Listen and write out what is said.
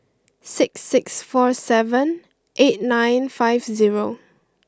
six six four seven eight nine five zero